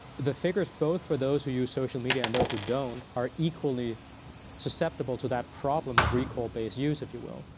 the figures both for those who use social media and those who don't are equally susceptible to that problem of recall-based use, if you will.